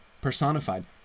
personified